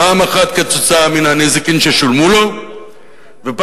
פעם אחת כתוצאה מן הנזיקין ששולמו לו ופעם